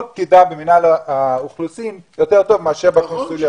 פקידה במינהל האוכלוסין יותר טוב מאשר בקונסוליה.